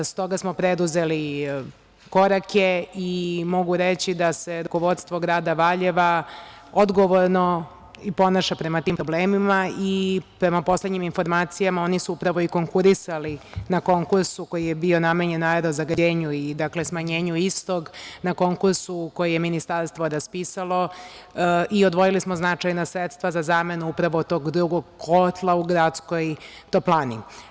Stoga smo preduzeli korake i mogu reći da se rukovodstvo grada Valjeva odgovorno ponaša prema tim problemima i prema poslednjim informacijama oni su upravo i konkurisali na konkursu koji je bio namenjen aerozagađenju i smanjenju istog, na konkursu koji je Ministarstvo raspisalo i odvojili smo značajna sredstva za zamenu upravo tog drugog kotla u gradskoj toplani.